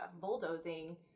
bulldozing